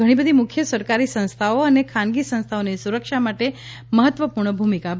ઘણી મુખ્ય સરકારી સંસ્થાઓ અને ખાનગી સંસ્થાઓની સુરક્ષા માટે મહત્વપૂર્ણ ભૂમિકા ભજવે છે